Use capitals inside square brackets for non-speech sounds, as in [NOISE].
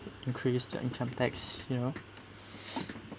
increase your income tax you know [LAUGHS]